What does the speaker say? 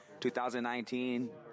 2019